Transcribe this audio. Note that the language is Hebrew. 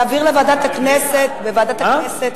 נעביר לוועדת הכנסת, וועדת הכנסת,